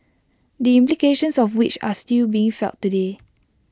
the implications of which are still being felt today